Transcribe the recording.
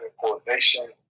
coordination